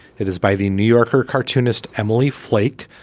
it is. by the new yorker cartoonist emily flake.